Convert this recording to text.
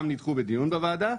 בדיון בוועדה,